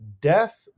death